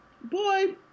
Boy